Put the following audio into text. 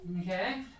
Okay